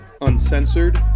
uncensored